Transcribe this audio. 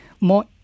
more